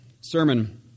sermon